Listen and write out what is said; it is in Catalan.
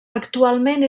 actualment